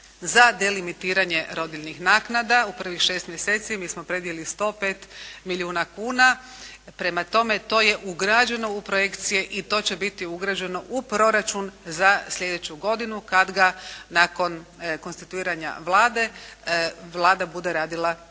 za limitiranje rodiljnih naknada. U prvih 6 mjeseci mi smo predvidjeli 105 milijuna kuna. Prema tome to je ugrađeno u projekcije i to će biti ugrađeno u proračun za sljedeću godinu kad ga nakon konstituiranja Vlade Vlada bude radila proračun